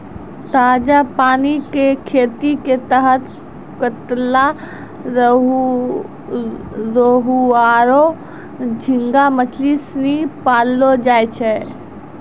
ताजा पानी कॅ खेती के तहत कतला, रोहूआरो झींगा मछली सिनी पाललौ जाय छै